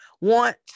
want